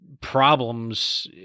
problems